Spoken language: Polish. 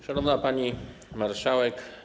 Szanowna Pani Marszałek!